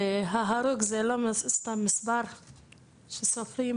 ההרוג זה לא סתם מספר שסופרים.